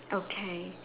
okay